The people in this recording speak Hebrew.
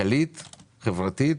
חברתית,